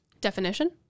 Definition